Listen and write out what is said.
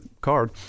card